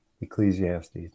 Ecclesiastes